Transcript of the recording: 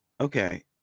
Okay